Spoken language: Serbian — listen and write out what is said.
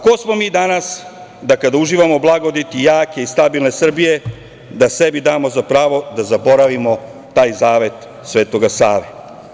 Ko smo mi danas da, kada uživamo blagodeti jake i stabilne Srbije, sebi damo za pravo da zaboravimo taj zavet Svetoga Save?